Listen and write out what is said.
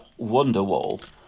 Wonderwall